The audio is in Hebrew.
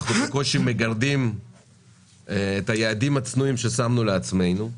אנחנו בקושי מגרדים את היעדים הצנועים ששמנו לעצמנו.